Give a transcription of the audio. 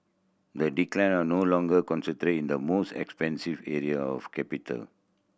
the decline are no longer in the most expensive area of capital